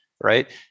Right